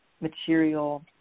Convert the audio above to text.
material